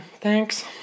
thanks